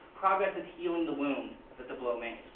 progress is healing the wound that the blow made.